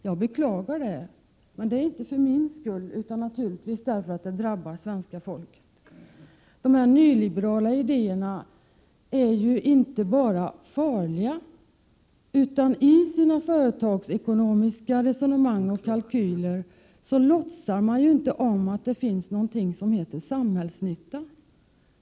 Jag beklagar det, men inte främst för min egen skull utan därför att det drabbar svenska folket. De nyliberala idéerna är inte bara farliga. I sina företagsekonomiska resonemang och kalkyler låtsas man inte om att det finns någonting som heter samhällsnytta.